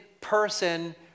person